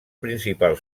principal